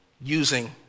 using